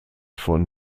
von